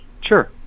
Sure